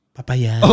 Papaya